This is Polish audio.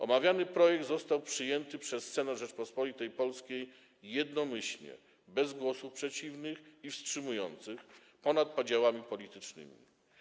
Omawiany projekt został przyjęty przez Senat Rzeczypospolitej Polskiej jednomyślnie, bez głosów przeciwnych i wstrzymujących, ponad podziałami politycznymi.